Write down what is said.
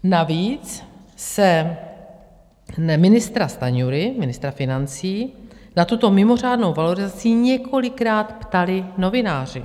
Navíc se ministra Stanjury, ministra financí, na tuto mimořádnou valorizací několikrát ptali novináři.